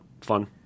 fun